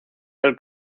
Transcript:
del